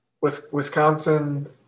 Wisconsin